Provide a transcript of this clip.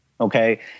Okay